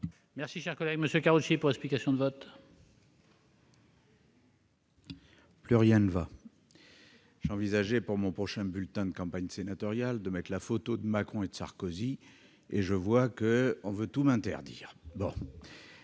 parole est à M. Roger Karoutchi, pour explication de vote. Plus rien ne va ... J'envisageais, sur mon prochain bulletin de campagne sénatoriale, de mettre les photos de Macron et de Sarkozy, et je vois qu'on veut tout m'interdire.